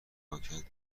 پاکت